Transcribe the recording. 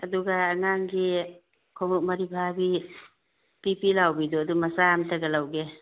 ꯑꯗꯨꯒ ꯑꯉꯥꯡꯒꯤ ꯈꯣꯡꯎꯞ ꯃꯔꯤ ꯐꯥꯕꯤ ꯄꯤ ꯄꯤ ꯂꯥꯎꯕꯤꯗꯣ ꯑꯗꯨ ꯃꯆꯥ ꯑꯝꯇꯒ ꯂꯧꯒꯦ